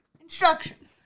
instructions